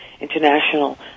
international